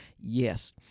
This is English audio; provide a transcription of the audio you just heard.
Yes